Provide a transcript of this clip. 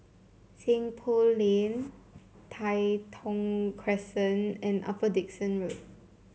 Seng Poh Lane Tai Thong Crescent and Upper Dickson Road